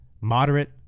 Moderate